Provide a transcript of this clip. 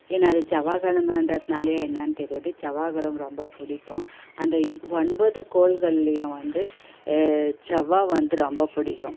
ஏன்னால் அது செவ்வாய் கெழமன்றதுனாலயே என்னான்னு தெரியாது செவ்வாய் கிரகம் ரொம்ப பிடிக்கும் அந்த ஒன்பது கோள்கள்லையும் வந்து செவ்வாய் வந்து ரொம்ப பிடிக்கும்